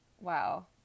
wow